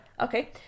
Okay